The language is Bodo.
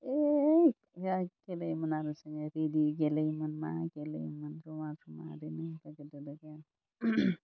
ओइ जा गेलेयोमोन आरो जोङो रिडि गेलेयोमोन मा गेलेयोमोन जमा जमा ओरैनो